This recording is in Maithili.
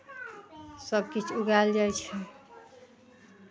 सभकिछु उगायल जाइ छै